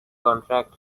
contract